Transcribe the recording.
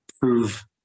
prove